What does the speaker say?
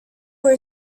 were